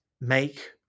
make